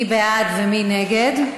מי בעד ומי נגד?